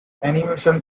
animation